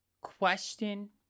question